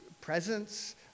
presence